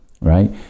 right